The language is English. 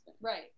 Right